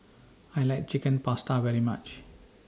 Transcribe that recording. I like Chicken Pasta very much